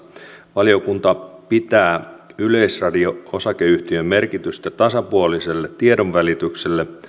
valiokunta pitää yleisradio oyn merkitystä tasapuoliselle tiedonvälitykselle